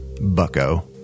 bucko